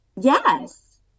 yes